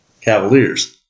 Cavaliers